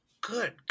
Good